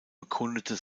bekundete